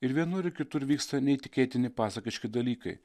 ir vienur ir kitur vyksta neįtikėtini pasakiški dalykai